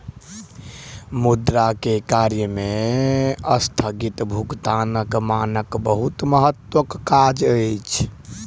मुद्रा के कार्य में अस्थगित भुगतानक मानक बहुत महत्वक काज अछि